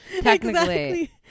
technically